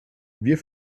wir